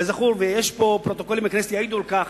כזכור, ויש פה פרוטוקולים בכנסת שיעידו על כך,